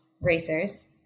racers